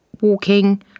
walking